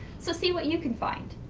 so see what you can find.